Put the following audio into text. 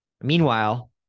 Meanwhile